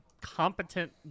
competent